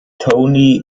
tony